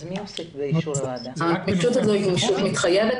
זאת גמישות מתחייבת.